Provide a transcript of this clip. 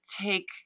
take